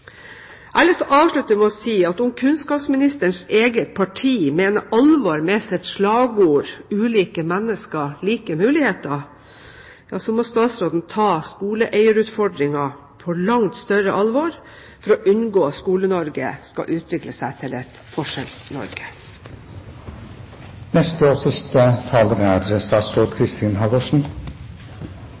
Jeg har lyst til å avslutte med å si at om kunnskapsministerens eget parti mener alvor med sitt slagord «Ulike mennesker. Like muligheter», må statsråden ta skoleeierutfordringen på langt større alvor for å unngå at Skole-Norge skal utvikle seg til et